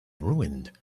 ruined